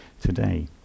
today